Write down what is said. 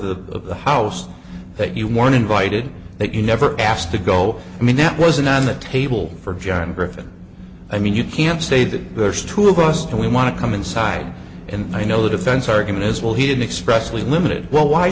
the of the house that you one invited that you never asked to go i mean that wasn't on the table for john griffin i mean you can't say that there's two of us and we want to come inside and i know the defense argument is well he didn't express we limited well why